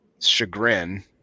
chagrin